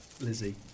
Lizzie